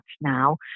now